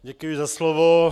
Děkuji za slovo.